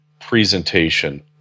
presentation